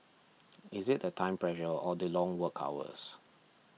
is it the time pressure or the long work hours